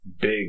big